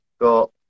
got